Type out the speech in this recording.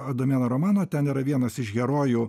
adomėno romaną ten yra vienas iš herojų